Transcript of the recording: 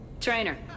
Trainer